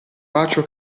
bacio